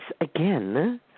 again